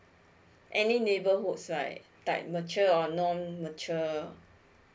any neighborhoods right like matured or non matured